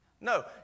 No